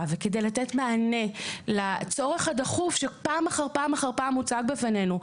וכדי לתת מענה לצורך הדחוף שפעם אחר פעם אחר פעם הוצג בפנינו,